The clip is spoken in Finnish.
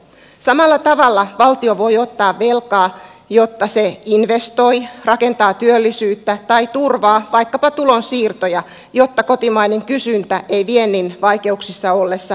samalla tavalla valtio voi ottaa velkaa jotta se investoi rakentaa työllisyyttä tai turvaa vaikkapa tulonsiirtoja jotta kotimainen kysyntä ei viennin vaikeuksissa ollessa romahtaisi